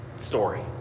Story